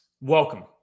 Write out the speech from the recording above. welcome